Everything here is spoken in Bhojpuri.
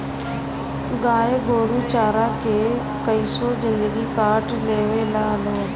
गाय गोरु चारा के कइसो जिन्दगी काट लेवे ला लोग